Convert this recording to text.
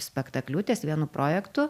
spektakliu ties vienu projektu